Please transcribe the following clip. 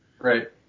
Right